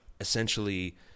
essentially